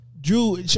Drew